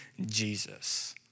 Jesus